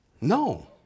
No